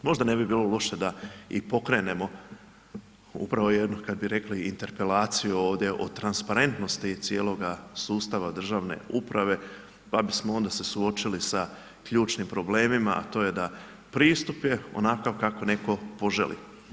Možda ne bi bilo loše da i pokrenemo upravo jednu kako bi rekli, interpelaciju ovdje o transparentnosti cijeloga sustava državne uprave pa bismo onda se suočili sa ključnim problemima a to je da pristup je onakav kako netko poželi.